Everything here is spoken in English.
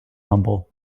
humble